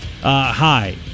Hi